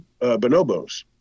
bonobos